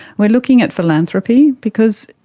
we are looking at philanthropy because,